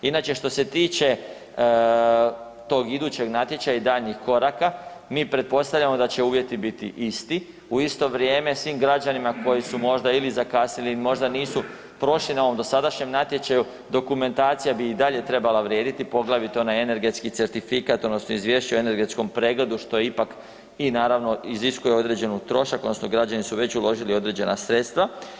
Inače što se tiče tog idućeg natječaja i daljnjih koraka, mi pretpostavljamo da će uvjeti biti isti, u isto vrijeme svim građanima koji su možda ili zakasnili ili možda nisu prošli na ovom dosadašnjem natječaju, dokumentacija bi i dalje trebala vrijediti, poglavito onaj energetski certifikat odnosno Izvješće o energetskom pregledu, što ipak i naravno iziskuje određeni trošak odnosno građani su već uložili određena sredstva.